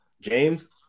James